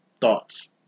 Thoughts